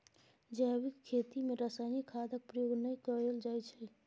जैबिक खेती मे रासायनिक खादक प्रयोग नहि कएल जाइ छै